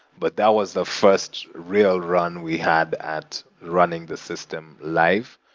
but that was the first real run we had at running the system live.